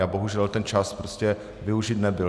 A bohužel ten čas prostě využit nebyl.